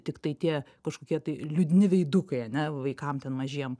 tiktai tie kažkokie tai liūdni veidukai ane vaikam ten mažiem